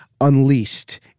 unleashed